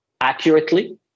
accurately